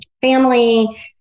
family